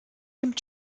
dem